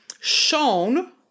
shown